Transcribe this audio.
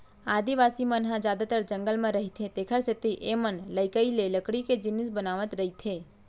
आदिवासी मन ह जादातर जंगल म रहिथे तेखरे सेती एमनलइकई ले लकड़ी के जिनिस बनावत रइथें